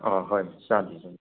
ꯑꯥ ꯍꯣꯏ ꯆꯥꯗꯦ ꯁꯨꯝ